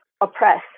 oppress